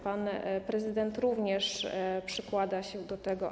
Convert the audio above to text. Pan prezydent również przykłada się do tego,